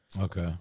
Okay